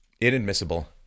inadmissible